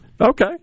Okay